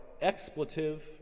expletive